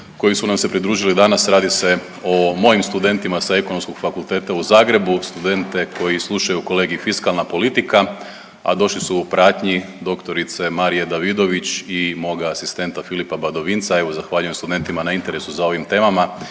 koji su nam se pridružili danas, a radi se o mojim studentima sa Ekonomskog fakulteta u Zagrebu, studente koji slušaju Kolegij fiskalna politika, a došli su u pratnji dr. Marije Davidović i moga asistenta Filipa Badovinca. Evo zahvaljujem studentima na interesu za ovim temama